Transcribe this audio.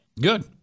Good